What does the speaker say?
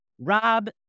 Rob